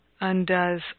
undoes